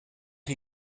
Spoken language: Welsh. chi